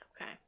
Okay